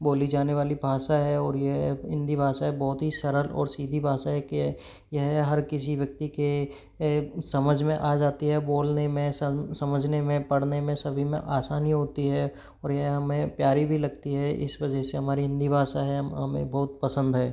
बोली जाने वाली भाषा है और यह हिन्दी भाषा बहुत ही सरल और सीधी भाषा है कि यह हर किसी व्यक्ति के समझ में आ जाती है बोलने में समझने में पढ़ने में सभी में आसानी होती है और यह हमें प्यारी भी लगती है इस वजह से हमारी हिन्दी भाषा है हमें बहुत पसंद है